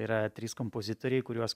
yra trys kompozitoriai kuriuos